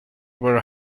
were